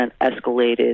escalated